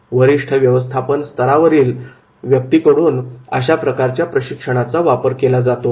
वरिष्ठ व्यवस्थापन स्थरावरील व्यक्तींकडून अशा प्रकारच्या प्रशिक्षणाचा वापर केला जातो